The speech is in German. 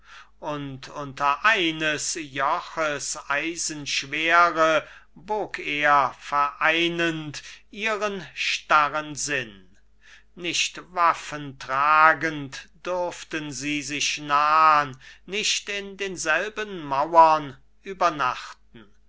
und unter eines joches eisenschwere bog er vereinend ihren starren sinn nicht waffentragend durften sie sich nahn nicht in denselben mauern übernachten